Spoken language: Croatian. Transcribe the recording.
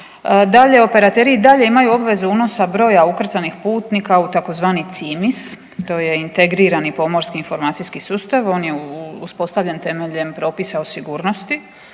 dalje operateri i dalje imaju obvezu unosa broja ukrcanih putnika u tzv. CIMIS to je integrirani pomorski informacijski sustav, on je uspostavljen temeljem propisa o sigurnosti